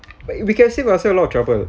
but we can save ourselves a lot of trouble